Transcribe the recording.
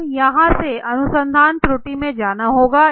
अब यहाँ से अनुसंधान त्रुटि में जाना होगा